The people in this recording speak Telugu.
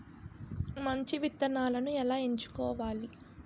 మంచి విత్తనాలను ఎలా ఎంచుకోవాలి?